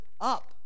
up